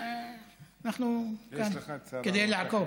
אנחנו כאן כדי לעקוב.